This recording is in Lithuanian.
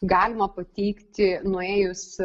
galima pateikti nuėjus